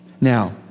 Now